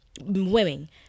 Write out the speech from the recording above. women